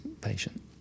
patient